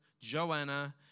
Joanna